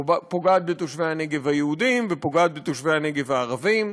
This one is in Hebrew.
פוגעת בתושבי הנגב היהודים ופוגעת בתושבי הנגב הערבים,